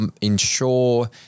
ensure